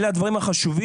אלה הדברים החשובים.